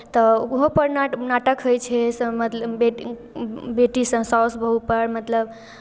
तऽ ओहोपर नाट नाटक होइ छै से मतलब बेटी बेटीसँ सासु बहूपर मतलब